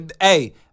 Hey